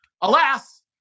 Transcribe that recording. alas